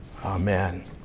Amen